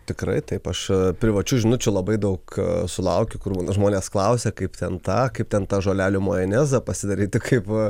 tikrai taip aš privačių žinučių labai daug sulaukiu kur žmonės klausia kaip ten tą kaip ten tą žolelių majonezą pasidaryti kaip